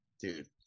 Dude